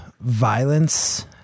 violence